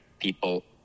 people